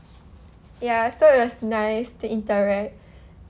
ya so it was nice to interact